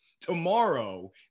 tomorrow